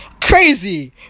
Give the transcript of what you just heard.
Crazy